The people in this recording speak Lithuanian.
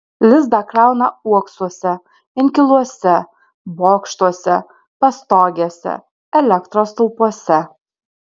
lizdą krauna uoksuose inkiluose bokštuose pastogėse elektros stulpuose